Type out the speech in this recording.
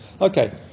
Okay